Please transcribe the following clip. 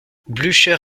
blücher